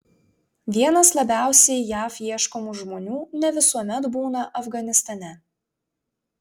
vienas labiausiai jav ieškomų žmonių ne visuomet būna afganistane